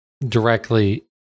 directly